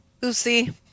Lucy